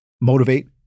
motivate